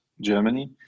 Germany